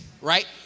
right